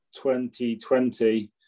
2020